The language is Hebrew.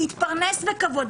להתפרנס בכבוד,